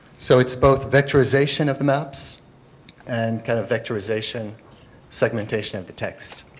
so it is both vectorization of the maps and kind of vectorization segmentation of the text.